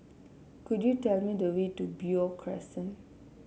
could you tell me the way to Beo Crescent